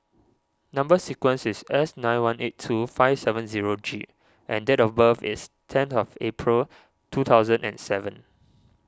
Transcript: Number Sequence is S nine one eight two five seven zero G and date of birth is ten of April two thousand and seven